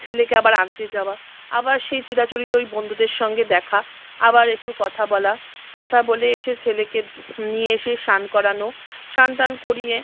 ছেলেকে আবার আনতে যাওয়া আবার সেই চিরাচরিত ওই বন্ধুদের সঙ্গে দেখা আবার একটু কথা বলা কথা বলে এসে ছেলেকে নিয়ে এসে স্নান করানো স্নান টান করিয়ে